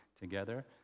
together